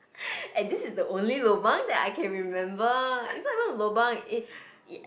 and this is the only lobang that I can remember it's not even lobang it ya